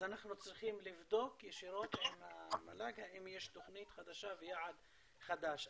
אז אנחנו צריכים לבדוק ישירות עם המל"ג האם יש תוכנית חדשה ויעד חדש.